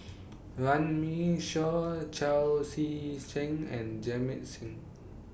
Runme Shaw Chao Tzee Cheng and Jamit Singh